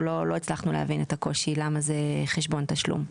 אנחנו לא הצלחנו להבין את הקושי למה זה חשבון תשלום,